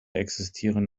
existieren